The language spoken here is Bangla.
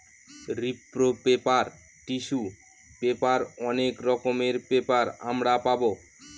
রিপ্র পেপার, টিসু পেপার অনেক রকমের পেপার আমরা পাবো